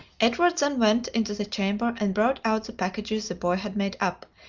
edward then went into the chamber, and brought out the packages the boy had made up,